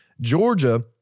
Georgia